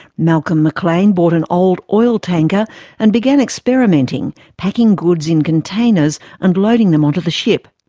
malcolm mclean bought an old oil tanker and began experimenting, packing goods in containers and loading them onto the ship.